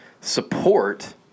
support